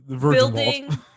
building